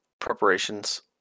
preparations